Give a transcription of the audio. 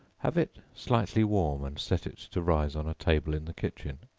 have it slightly warm and set it to rise on a table in the kitchen.